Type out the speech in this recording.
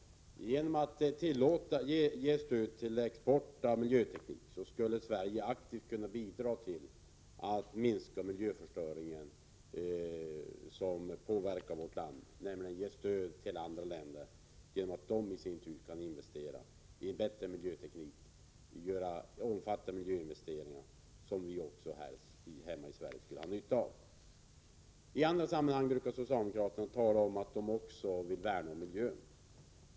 Genom att stödja export av miljöteknik kan Sverige aktivt bidra till att minska olika länders miljöförstöring som påverkar vårt land. Om vi ger stöd till omfattande investeringar i bättre miljöteknik i andra länder, kan också vii Sverige dra nytta av detta. I andra sammanhang brukar socialdemokraterna framhålla att också de vill värna om miljön.